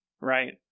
right